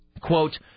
Quote